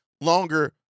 longer